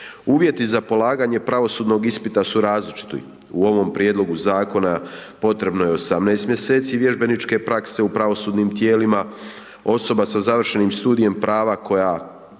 Uvjeti za polaganje pravosudnog ispita su različiti, u ovom prijedlogu zakona potrebno je 18 mjeseci vježbeničke prakse u pravosudnim tijelima, osoba za završenim studijem prava koja,